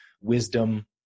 wisdom